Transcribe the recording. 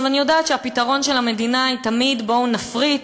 אני יודעת שהפתרון של המדינה הוא תמיד: בואו נפריט,